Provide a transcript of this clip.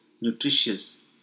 nutritious